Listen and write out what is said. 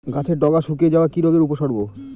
গাছের ডগা শুকিয়ে যাওয়া কি রোগের উপসর্গ?